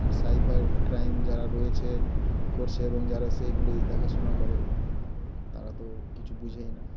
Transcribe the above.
আর cyber crime যারা রয়েছে করছে এবং যারা সেইগুলি দেখাশোনা করে তারা তো কিছু বুঝেই না